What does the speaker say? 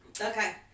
Okay